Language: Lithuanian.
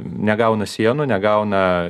negauna sienų negauna